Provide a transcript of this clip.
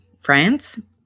France